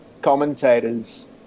commentators